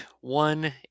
one